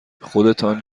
خودتان